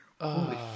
holy